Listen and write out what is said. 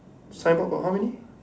signboard got how many